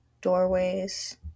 doorways